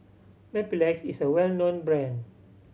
Mepilex is well known brand